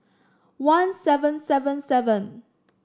one seven seven seven